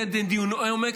לדיון עומק,